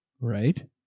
Right